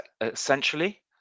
essentially